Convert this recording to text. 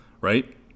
right